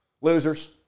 Losers